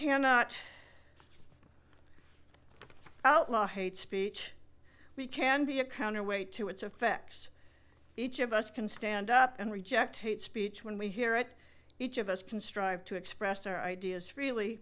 cannot outlaw hate speech we can be a counterweight to its effects each of us can stand up and reject hate speech when we hear it each of us can strive to express our ideas freely